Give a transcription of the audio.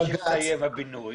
עד שיהיה הבינוי